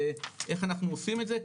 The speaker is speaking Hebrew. איך אנחנו עושים את זה,